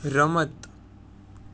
રમત